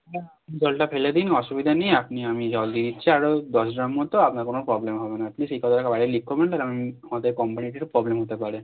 হ্যাঁ আপনি জলটা ফেলে দিন অসুবিধে নেই আপনি আমি জল দিয়ে দিচ্ছি আরও দশ ড্রাম মতো আপনার কোনো প্রবলেম হবে না প্লিজ এই কথাটাকে বাইরে লিক করবেন না কারণ আমাদের কোম্পানিতে তো প্রবলেম হতে পারে